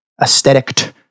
aesthetic